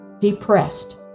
depressed